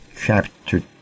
chapter